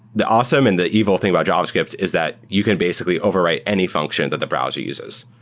the awesome and the evil thing about javascript is that you can basically overwrite any function that the browser uses.